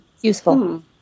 Useful